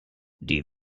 die